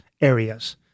areas